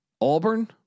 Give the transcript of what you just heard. Auburn